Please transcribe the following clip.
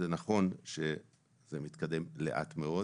זה נכון שזה מתקדם לאט מאוד